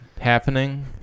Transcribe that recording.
happening